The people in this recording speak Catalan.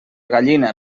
gallina